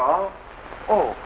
all oh